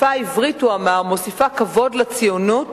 "השפה העברית מוסיפה כבוד לציונות